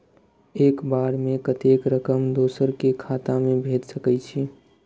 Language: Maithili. एक बार में कतेक रकम दोसर के खाता में भेज सकेछी?